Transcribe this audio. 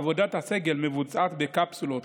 עבודת הסגל מבוצעת בקפסולות,